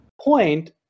point